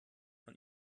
von